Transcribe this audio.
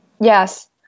Yes